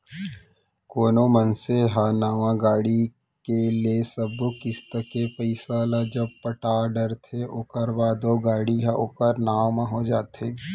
कोनो मनसे ह नवा गाड़ी के ले सब्बो किस्ती के पइसा ल जब पटा डरथे ओखर बाद ओ गाड़ी ह ओखर नांव म हो जाथे